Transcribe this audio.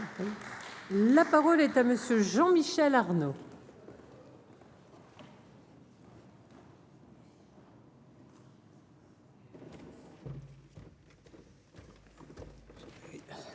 La parole est à M. Jean-Michel Arnaud.